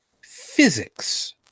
physics